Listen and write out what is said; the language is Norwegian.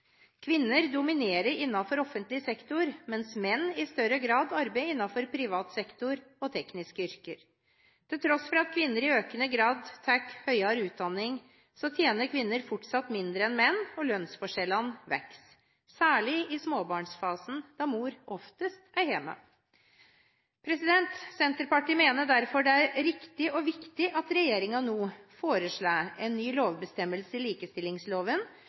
Kvinner dominerer innenfor offentlig sektor, mens menn i større grad arbeider innenfor privat sektor og tekniske yrker. Til tross for at kvinner i økende grad tar høyere utdanning, tjener kvinner fortsatt mindre enn menn, og lønnsforskjellene vokser, særlig i småbarnsfasen, da mor oftest er hjemme. Senterpartiet mener derfor det er riktig og viktig at regjeringen nå foreslår en ny lovbestemmelse i likestillingsloven